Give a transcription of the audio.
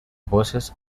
voces